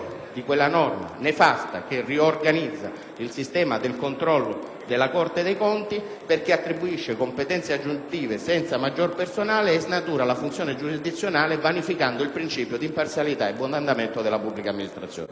una norma nefasta volta a riorganizzare il sistema di controllo svolto dalla Corte dei conti in quanto si attribuiscono competenze aggiuntive senza maggior personale e si snatura la funzione giurisdizionale vanificando il principio di imparzialità e buon andamento della pubblica amministrazione.